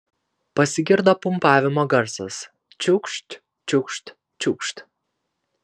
pasigirdo pumpavimo garsas čiūkšt čiūkšt čiūkšt